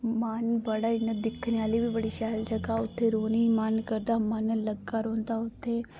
मन बड़ा इ'यां दिक्खने आहली बी बड़ी शैल जगह ऐ उत्थै रौह्ने गी मन करदा मन लग्गा रौंह्दा ते